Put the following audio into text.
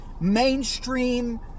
mainstream